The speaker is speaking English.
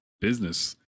business